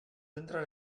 entrar